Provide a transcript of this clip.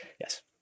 Yes